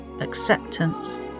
acceptance